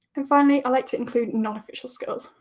and finally, i like to include non-official skills.